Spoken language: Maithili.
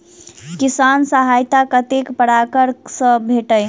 किसान सहायता कतेक पारकर सऽ भेटय छै?